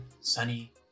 sunny